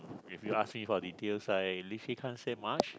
if you ask me for details I legally can't say much